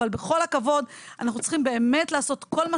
אבל בכל הכבוד אנחנו צריכים באמת לעשות כל מה